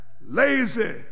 lazy